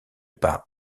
pas